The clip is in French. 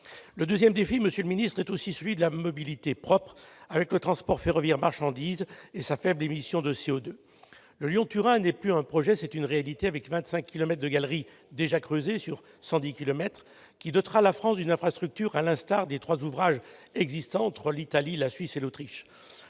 L'autre défi, monsieur le ministre d'État, est aussi celui de la mobilité propre, avec le transport ferroviaire marchandises et sa faible émission de C02. Le Lyon-Turin n'est plus un projet, c'est une réalité, avec 25 kilomètres de galeries déjà creusés sur 110 kilomètres. Il dotera la France d'une infrastructure, à l'instar des trois ouvrages existants entre l'Italie, la Suisse et l'Autriche.